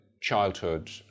childhood